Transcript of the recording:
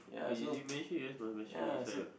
as you mention just